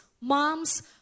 Moms